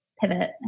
pivot